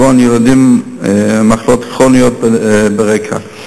כגון ילדים עם מחלות כרוניות ברקע.